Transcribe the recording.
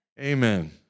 Amen